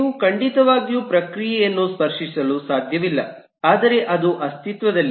ನೀವು ಖಂಡಿತವಾಗಿಯೂ ಪ್ರಕ್ರಿಯೆಯನ್ನು ಸ್ಪರ್ಶಿಸಲು ಸಾಧ್ಯವಿಲ್ಲ ಆದರೆ ಅದು ಅಸ್ತಿತ್ವದಲ್ಲಿದೆ